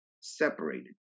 Separated